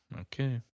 Okay